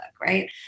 right